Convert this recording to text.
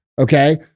okay